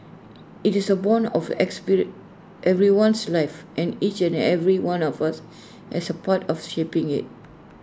IT is A borne of everyone's life and each and every one of us has A part of shaping IT